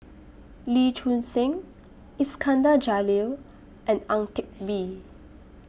Lee Choon Seng Iskandar Jalil and Ang Teck Bee